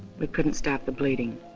we couldn't stop the bleeding.